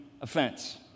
offense